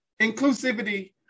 inclusivity